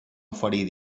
oferir